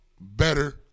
better